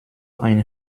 ein